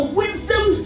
wisdom